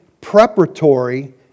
preparatory